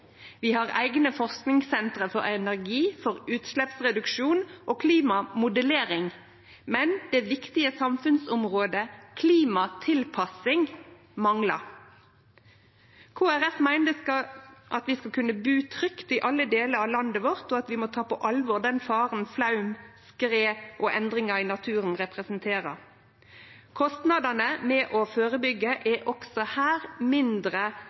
Vi har eigne forskingssenter for energi, for utsleppsreduksjon og for klimamodellering, men det viktige samfunnsområdet klimatilpassing manglar. Kristeleg Folkeparti meiner at vi skal kunne bu trygt i alle delar av landet vårt, og at vi må ta på alvor den faren flaum, skred og endringar i naturen representerer. Kostnadene ved å førebyggje er også her mindre